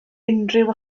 unrhyw